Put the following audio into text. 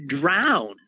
drown